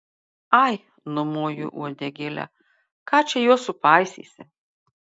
ai numoju uodegėle ką čia juos supaisysi